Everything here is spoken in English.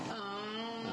ah